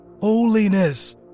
holiness